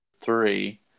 three